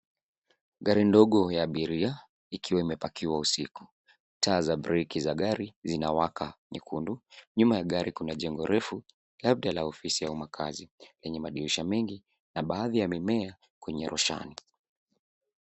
Gari ndogo ya abiria ikiwa imepakiwa usiku. Taa za breki za gari zinawaka nyekundu. Nyuma ya gari kuna jengo refu, labda la ofisi au makazi yenye madirisha mengi na baadhi ya mimea kwenye roshani.